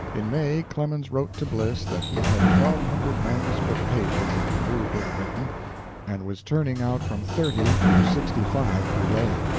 in may, clemens wrote to bliss that he had twelve hundred manuscript pages of the new book written and was turning out from thirty to sixty-five per day.